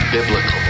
Biblical